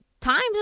Times